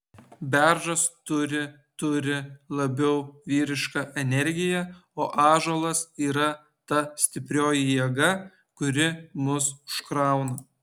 beržas turi turi labiau vyrišką energiją o ąžuolas yra ta stiprioji jėga kuri mus užkrauna